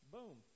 Boom